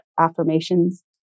affirmations